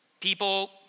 people